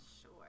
sure